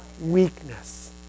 weakness